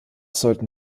sollten